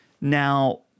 now